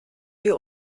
wir